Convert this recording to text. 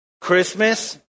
Christmas